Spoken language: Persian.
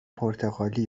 پرتغالی